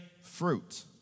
fruit